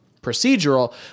procedural